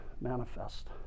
Manifest